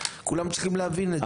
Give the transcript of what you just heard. כולם צריכים להבין את זה.